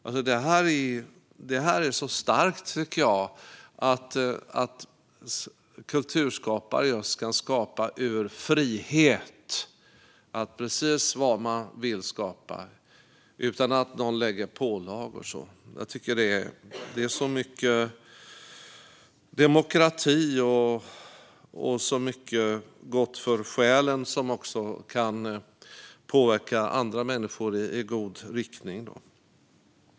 Jag tycker att det är så starkt att kulturskapare kan skapa precis vad de vill i frihet utan att någon kommer med pålagor. Det handlar om så mycket demokrati och så mycket som är gott för själen som kan påverka andra människor i god riktning.